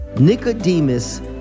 Nicodemus